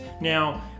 now